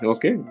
Okay